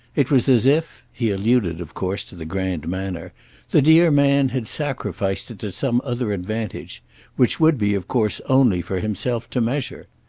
it was as if he alluded of course to the grand manner the dear man had sacrificed it to some other advantage which would be of course only for himself to measure.